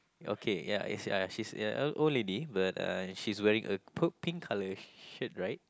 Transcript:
okay ya is ya she's a a old lady but uh she's wearing a pur~ pink colour shirt right